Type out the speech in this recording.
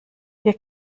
wir